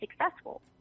successful